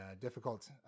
difficult